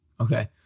Okay